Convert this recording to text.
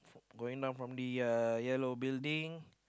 going down from the uh yellow building